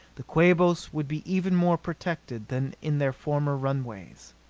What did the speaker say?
the quabos would be even more protected than in their former runways.